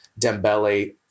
Dembele